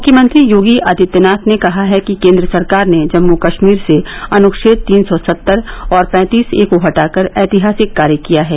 मुख्यमंत्री योगी आदित्यनाथ ने कहा है कि केन्द्र सरकार ने जम्मू कश्मीर से अनुच्छेद तीन सौ सत्तर और पैंतीस ए को हटाकर ऐतिहासिक कार्य किया है